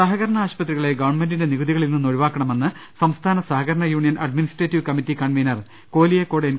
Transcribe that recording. സഹകരണ ആശുപത്രികളെ ഗവൺമെന്റിന്റെ നികുതികളിൽ നിന്ന് ഒഴിവാക്കണമെന്ന് സംസ്ഥാന സഹകരണ union administrative committee convener Koliyakode N